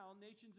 nations